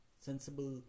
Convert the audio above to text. sensible